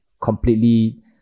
completely